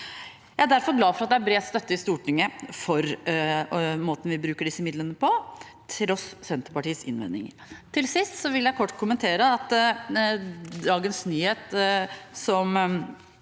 Jeg er derfor glad for at det er bred støtte i Stortinget for måten vi bruker disse midlene på, til tross for Senterpartiets innvendinger. Til sist vil jeg kort kommentere at dagens nyhet